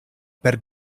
per